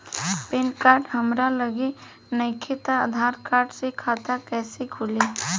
Pan card हमरा लगे नईखे त आधार कार्ड से खाता कैसे खुली?